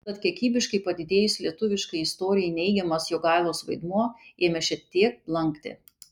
tad kiekybiškai padidėjus lietuviškai istorijai neigiamas jogailos vaidmuo ėmė šiek tiek blankti